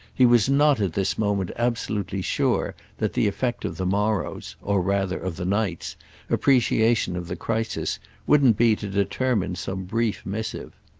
he was not at this moment absolutely sure that the effect of the morrow's or rather of the night's appreciation of the crisis wouldn't be to determine some brief missive.